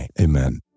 Amen